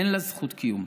אין לה זכות קיום.